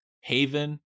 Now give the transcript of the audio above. Haven